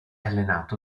allenato